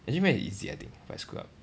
engine math is easy but I screw up